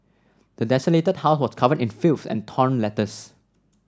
the desolated house was covered in filth and torn letters